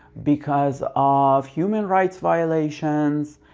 because of human rights violations,